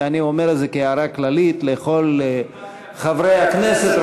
ואני אומר את זה כהערה כללית לכל חברי הכנסת,